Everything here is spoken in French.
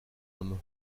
homme